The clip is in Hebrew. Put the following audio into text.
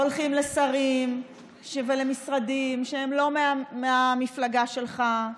הולכים לשרים ולמשרדים שהם לא מהמפלגה שלך,